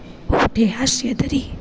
મોઢે હાસ્ય ધરી